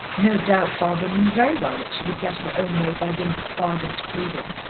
no doubt barbara knew very well that she would get her own way by dint of ardent pleading,